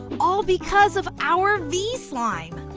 all because of our veeslime.